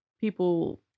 people